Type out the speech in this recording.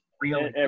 real